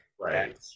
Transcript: Right